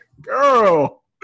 girl